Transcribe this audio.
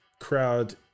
crowd